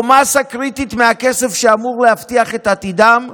או מאסה קריטית מהכסף שאמור להבטיח את עתידם,